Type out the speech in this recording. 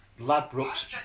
ladbrook's